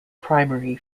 primary